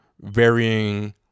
varying